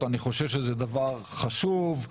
זה חשוב.